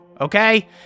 okay